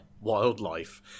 wildlife